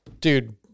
dude